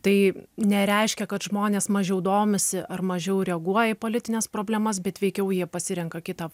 tai nereiškia kad žmonės mažiau domisi ar mažiau reaguoja į politines problemas bet veikiau jie pasirenka kitą